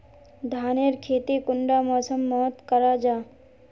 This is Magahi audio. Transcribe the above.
धानेर खेती कुंडा मौसम मोत करा जा?